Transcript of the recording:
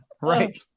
Right